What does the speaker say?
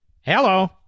Hello